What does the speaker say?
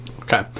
Okay